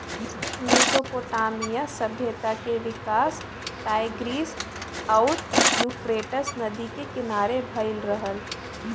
Mesopotamia सभ्यता के विकास टाईग्रीस आउर यूफ्रेटस नदी के किनारे भयल रहल